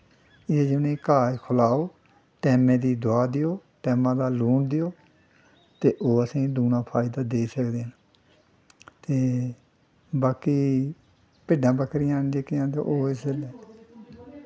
उ'नें गी घाऽ खलाओ टैमां दी दवा देओ टैमां दा लून देओ ते ओह् असेंगी दूनां फैदा देई सकदे न ते बाकी भिड्डां बक्करियां जेह्कियां ओह् इसलै